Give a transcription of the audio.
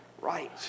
right